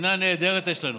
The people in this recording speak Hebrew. מדינה נהדרת יש לנו.